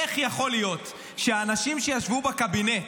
איך יכול להיות שהאנשים שישבו בקבינט,